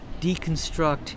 deconstruct